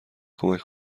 کمک